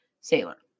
Sailor